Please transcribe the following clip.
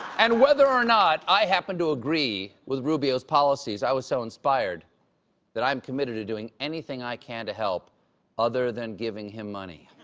and whether or not i happen to agree with rubio's policies, i was so inspired that i'm committed to doing anything i can to help other than giving him money.